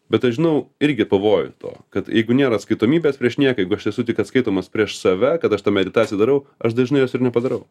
bet aš žinau irgi pavojų to kad jeigu nėra atskaitomybės prieš nieką jeigu aš esu tik atskaitomas prieš save kad aš tą meditaciją darau aš dažnai jos ir nepadarau